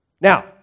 Now